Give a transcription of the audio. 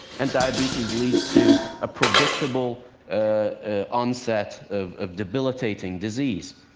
and diabetes leads to a predictable onset of of debilitating disease.